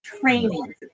training